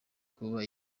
kuba